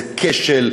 זה כשל.